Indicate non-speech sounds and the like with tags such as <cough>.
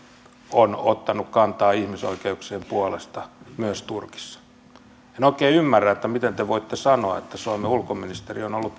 on ottanut kantaa ihmisoikeuksien puolesta myös turkissa en oikein ymmärrä miten te voitte sanoa että suomen ulkoministeriö on ollut <unintelligible>